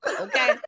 Okay